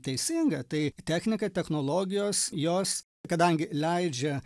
teisinga tai technika technologijos jos kadangi leidžia